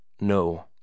No